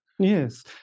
Yes